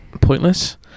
pointless